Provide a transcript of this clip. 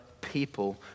people